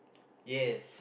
yes